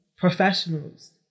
Professionals